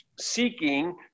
seeking